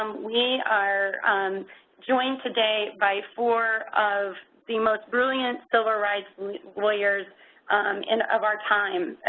um we are joined today by four of the most brilliant civil rights lawyers and of our time,